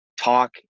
talk